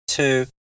two